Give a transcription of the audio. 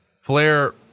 Flair